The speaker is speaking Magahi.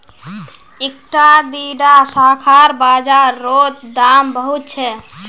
इकट्ठा दीडा शाखार बाजार रोत दाम बहुत छे